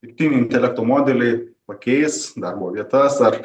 dirbtinio intelekto modeliai pakeis darbo vietas ar